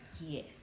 Yes